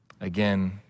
Again